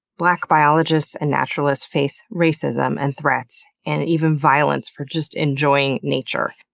black biologists and naturalists face racism, and threats, and even violence for just enjoying nature.